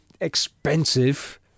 expensive